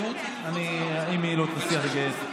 אז אנחנו נצביע נגד הצעת החוק.